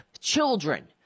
children